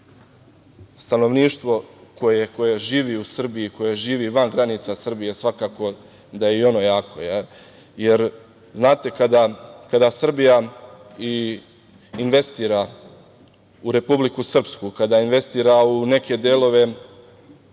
stanovništvo koje živi u Srbiji, koje živi van granica Srbije svakako da je i ono jako. Znate, kada Srbija investira u Republiku Srpsku, kada investira u neke delove